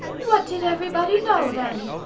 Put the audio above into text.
what did everybody know then?